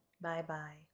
Bye-bye